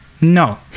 No